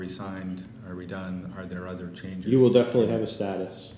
resigned are we done are there other changes you will definitely have a status